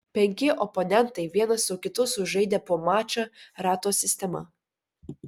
penki oponentai vienas su kitu sužaidė po mačą rato sistema